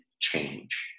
change